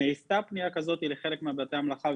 נעשתה פנייה כזו לחלק מבתי המלאכה,